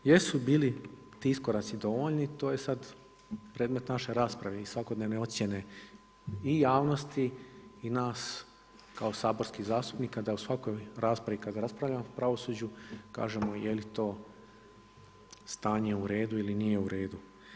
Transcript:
Jesu li bili ti iskoraci dovoljni, to je sad predmet naše rasprave i svakodnevne ocjene i javnosti i nas kao saborskih zastupnika da u svakoj raspravi kada raspravljamo o pravosuđu, kažemo je li to stanje u redu ili nije u redu.